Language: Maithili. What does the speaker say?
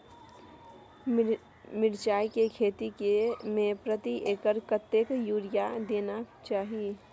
मिर्चाय के खेती में प्रति एकर कतेक यूरिया देना चाही?